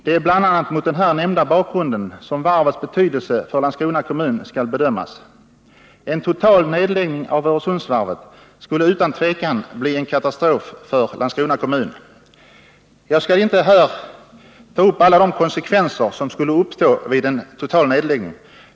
Det är bl.a. mot den här nämnda bakgrunden som varvets betydelse för Landskrona kommun skall bedömas. En total nedläggning av Öresundsvarvet skall utan tvivel bli en katastrof för Landskrona kommun. Jag skall inte här ta upp alla de konsekvenser som skulle följa av en total nedläggning.